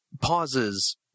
pauses